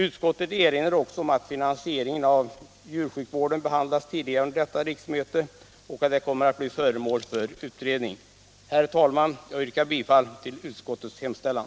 Utskottet erinrar också om att fi hetsområde 55 nansieringen av djursjukvården behandlats tidigare under detta riksmöte och att den kommer att bli föremål för utredning. Herr talman, jag yrkar bifall till utskottets hemställan.